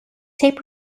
tape